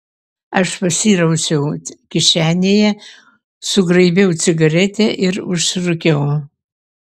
aš pasirausiau kišenėje sugraibiau cigaretę ir užsirūkiau